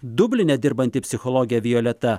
dubline dirbanti psichologė violeta